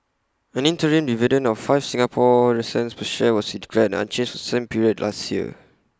an interim dividend of five Singapore recent per share was declared unchanged the same period last year